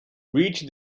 reached